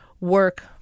work